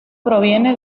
proviene